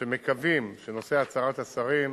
ומקווים שנושא הצהרת השרים,